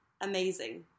amazing